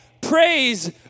praise